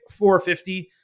450